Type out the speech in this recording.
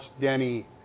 Denny